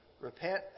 repent